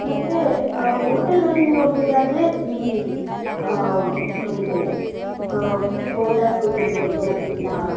ಮತ್ತು ಹೋಟೆಲ್ಗಳಲ್ಲಿ ನೋಡುವುದಾದರೆ ಇಲ್ಲಿ ಒಂದು ಬೋಂಡ ಸೂಪ್ ಇರ್ಬೌದು ಇಲ್ಲ